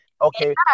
Okay